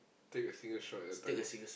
take a single shot at a time